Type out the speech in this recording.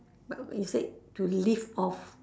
but it said to leave off